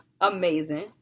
amazing